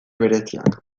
bereziak